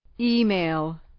Email